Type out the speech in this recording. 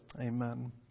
Amen